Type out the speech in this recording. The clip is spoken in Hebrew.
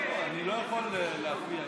לא יכול להצביע,